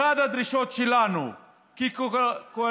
אחת הדרישות שלנו כקואליציה